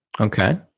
Okay